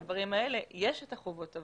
בדברים האלה יש את החובות.